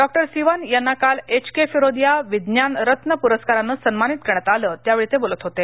डॉ सिवन यांना काल H K Firodia विज्ञान रत्न पुरस्काराने सन्मानित करण्यात आलं त्यावेळी ते बोलत होते